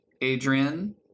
Adrian